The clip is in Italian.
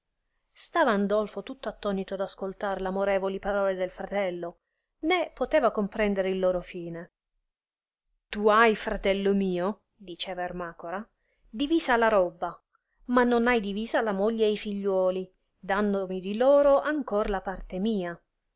stava andolfo tutto attonito ad ascoltar amorevoli parole del fratello né poteva comprendere il loro fine tu hai fratello mio diceva ei'macora divisa la robba ma non hai divisa la moglie e i figliuoli dandomi di loro ancor la parte mia